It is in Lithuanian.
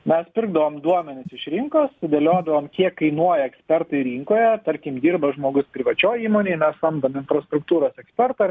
mes pirkdavom duomenis iš rinkos sudėliodavom kiek kainuoja ekspertai rinkoje tarkim dirba žmogus privačioj įmonėj mes samdom infrastruktūros ekspertą ar